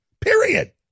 period